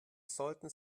sollten